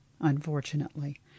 unfortunately